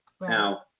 Now